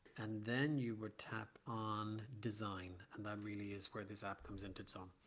and then you would tap on design and that really is where this app comes into its own.